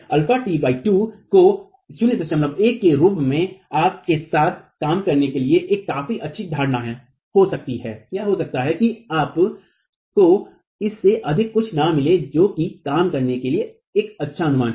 αt 2 को 01 के रूप में आपके साथ काम करने के लिए एक काफी अच्छी धारणा है हो सकता है कि आपको इससे अधिक कुछ न मिले जो कि काम करने के लिए एक अच्छा अनुमान है